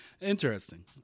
interesting